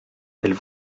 elles